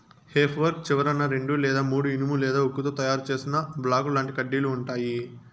హె fork చివరన రెండు లేదా మూడు ఇనుము లేదా ఉక్కుతో తయారు చేసిన బాకుల్లాంటి కడ్డీలు ఉంటాయి